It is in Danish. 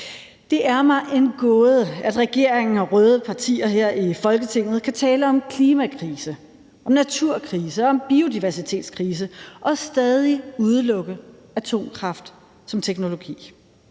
Det er mig en gåde, at regeringen og de røde partier her i Folketinget kan tale om klimakrise, naturkrise og biodiversitetskrise og stadig udelukke atomkraft som teknologi.